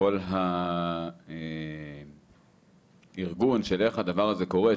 כל הארגון של איך הדבר הזה קורה,